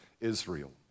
Israel